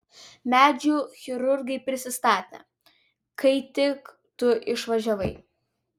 medžių chirurgai prisistatė kai tik tu išvažiavai